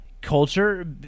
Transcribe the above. culture